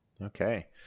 Okay